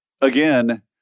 again